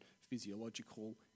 physiological